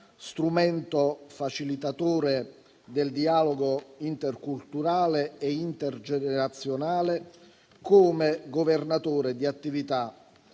strumento facilitatore del dialogo interculturale e intergenerazionale, come generatore di attività